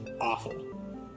awful